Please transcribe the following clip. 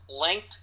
linked